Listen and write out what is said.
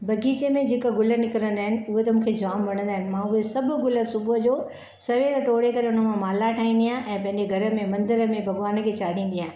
बगीचे में जेके गुल निकिरंदा आहिनि उहे त मूंखे जाम वणंदा आहिनि मां उहे सभु गुल सुबुह जो सवेल टोड़े करे हुनमां माला ठाहींदी आहियां ऐं पंहिंजे घर में मंदर में भॻवान खे चाढ़ींदी आहियां